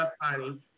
honey